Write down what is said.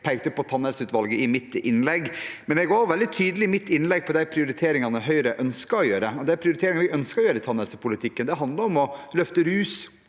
pekte på tannhelseutvalget i mitt innlegg. Jeg var også veldig tydelig i mitt innlegg om de prioriteringene Høyre ønsker å gjøre, og de prioriteringene vi ønsker å gjøre i tannhelsepolitikken, handler om å løfte rus,